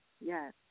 yes